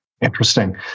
Interesting